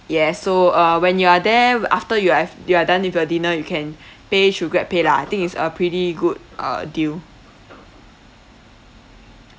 yes so uh when you are there after you have you are done with your dinner you can pay through grab pay lah I think it's a pretty good uh deal